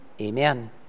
amen